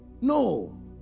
no